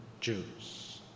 Jews